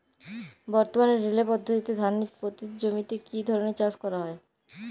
বর্তমানে রিলে পদ্ধতিতে ধানের পতিত জমিতে কী ধরনের চাষ করা হয়?